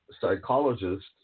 psychologist